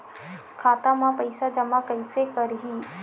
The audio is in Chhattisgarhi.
खाता म पईसा जमा कइसे करही?